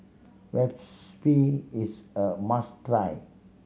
is a must try